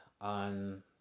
on